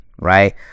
right